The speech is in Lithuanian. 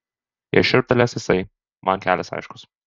jei šiurptelės jisai man kelias aiškus